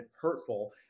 hurtful